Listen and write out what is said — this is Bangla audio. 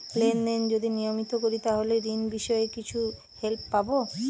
লেন দেন যদি নিয়মিত করি তাহলে ঋণ বিষয়ে কিছু হেল্প পাবো?